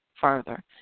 further